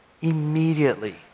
immediately